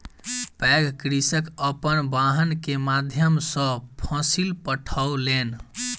पैघ कृषक अपन वाहन के माध्यम सॅ फसिल पठौलैन